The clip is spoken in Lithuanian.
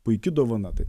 puiki dovana tai